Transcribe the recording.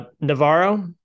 Navarro